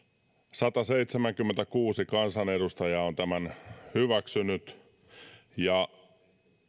sataseitsemänkymmentäkuusi kansanedustajaa on tämän hyväksynyt ja